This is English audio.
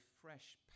fresh